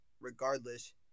regardless